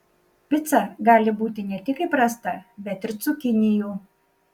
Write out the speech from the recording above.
pica gali būti ne tik įprasta bet ir cukinijų